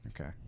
Okay